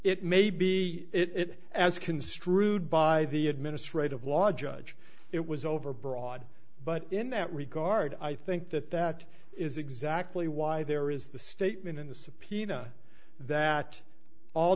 it may be it as construed by the administrative law judge it was overbroad but in that regard i think that that is exactly why there is the statement in the